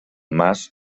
mas